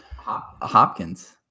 Hopkins